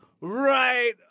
right